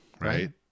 right